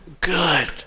good